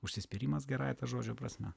užsispyrimas gerąja to žodžio prasme